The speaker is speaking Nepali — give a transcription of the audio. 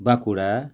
बाँकुडा